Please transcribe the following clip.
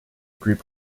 group